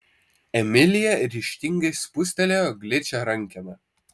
emilija ryžtingai spustelėjo gličią rankeną